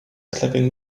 clipping